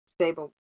stable